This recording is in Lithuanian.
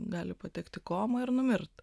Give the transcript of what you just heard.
gali patekt į komą ir numirt